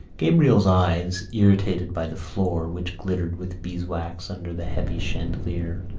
gabriel's eyes, irritated by the floor, which glittered with beeswax under the heavy chandelier,